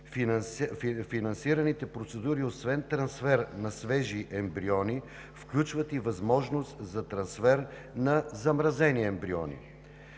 финансираните процедури, освен трансфера на свежи ембриони, включват и възможност за трансфер на замразени ембриони;